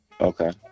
Okay